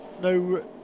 no